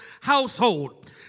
household